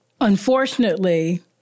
Unfortunately